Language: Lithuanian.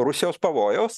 rusijos pavojaus